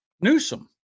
Newsom